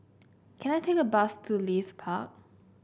can I take a bus to Leith Park